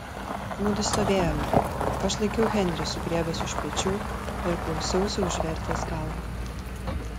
mudu stovėjome aš laikiau henrį sugriebęs už pečių ir klausiausi užvertęs galvą